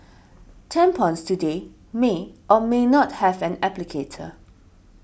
tampons today may or may not have an applicator